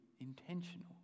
intentional